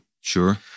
Sure